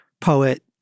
poet